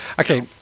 Okay